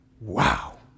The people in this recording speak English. Wow